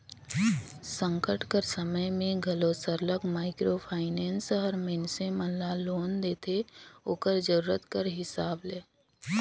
संकट कर समे में घलो सरलग माइक्रो फाइनेंस हर मइनसे मन ल लोन देथे ओकर जरूरत कर हिसाब ले